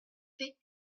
fait